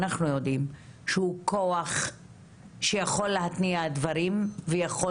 אנחנו יודעים שהוא כוח שיכול להתניע דברים ויכול